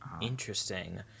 interesting